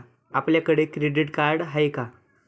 आपल्याकडे credit card आहे का?